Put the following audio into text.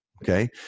Okay